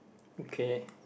okay